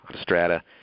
strata